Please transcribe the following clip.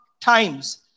times